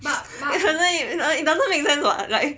but it doesn't make sense [what] like